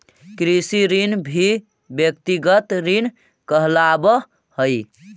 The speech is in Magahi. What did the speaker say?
कृषि ऋण भी व्यक्तिगत ऋण कहलावऽ हई